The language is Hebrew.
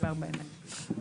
בארבע עיניים.